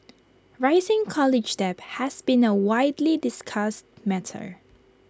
rising college debt has been A widely discussed matter